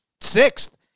sixth